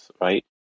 right